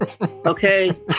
Okay